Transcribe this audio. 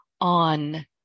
on